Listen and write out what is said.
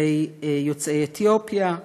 כלפי יוצאי אתיופיה.